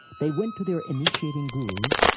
they went to their initiating gurus,